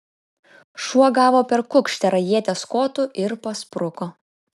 šuo gavo per kukšterą ieties kotu ir paspruko